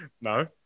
No